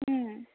ओं